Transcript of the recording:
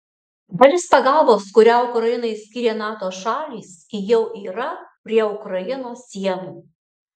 dalis pagalbos kurią ukrainai skyrė nato šalys jau yra prie ukrainos sienų